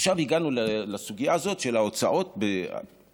עכשיו הגענו לסוגיה הזאת של ההוצאות הפרטיות,